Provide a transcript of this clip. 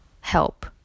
help